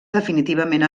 definitivament